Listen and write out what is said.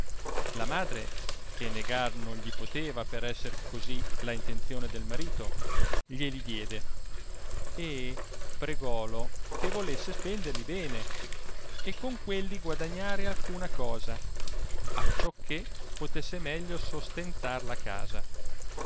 la madre che negar non gli poteva per esser cosi la intenzione del marito glie li diede e pregalo che volesse spenderli bene e con quelli guadagnare alcuna cosa acciò che potesse meglio sostentar la casa